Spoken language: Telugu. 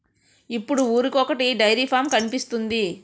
ఇప్పుడు ఊరికొకొటి డైరీ ఫాం కనిపిస్తోంది